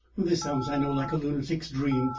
this sounds, i know, like a lunatic's dream,